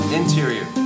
interior